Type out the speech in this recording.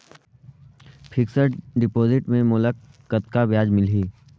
Fixed deposit मे मोला कतका ब्याज मिलही?